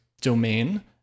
domain